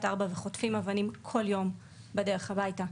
ארבע וחוטפים אבנים כל יום בדרך הביתה.